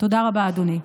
תודה רבה, אדוני.